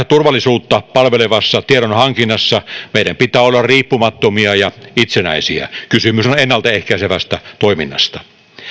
turvallisuutta palvelevassa tiedon hankinnassa meidän pitää olla riippumattomia ja itsenäisiä kysymys on ennalta ehkäisevästä toiminnasta